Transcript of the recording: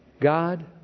God